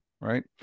right